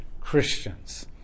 Christians